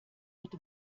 mit